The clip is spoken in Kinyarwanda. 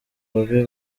babe